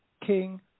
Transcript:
King